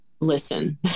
listen